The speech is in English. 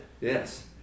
Yes